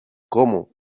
como